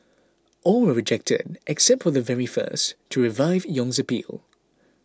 all were rejected except for the very first to revive Yong's appeal